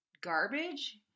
garbage